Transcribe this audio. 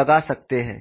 लगा सकते हैं